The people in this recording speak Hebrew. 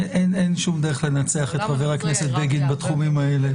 אין שום דרך לנצח את חבר הכנסת בגין בתחומים האלה.